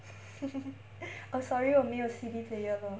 oh sorry 我没有 C_D player lor